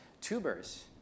tubers